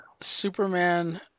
Superman